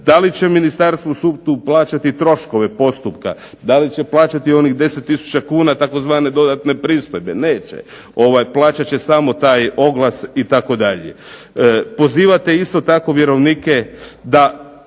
Da li će ministarstvo svu tu plaćati troškove postupka? Da li će plaćati onih 10 tisuća kuna tzv. dodatne pristojbe? Neće. Plaćat će samo taj oglas itd. Pozivate isto tako vjerovnike da